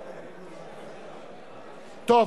טוב.